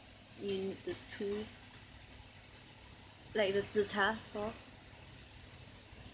you need to choose like the zi char stall